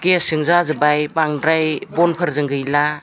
गेसजों जाजोब्बाय बांद्राय बनफोरजों गैला